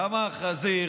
למה בעצם החזיר